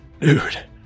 dude